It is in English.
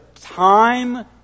time